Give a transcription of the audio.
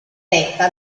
retta